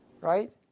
right